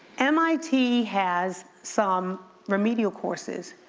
mit has some remedial courses.